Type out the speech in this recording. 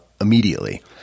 immediately